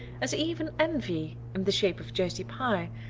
as even envy, in the shape of josie pye,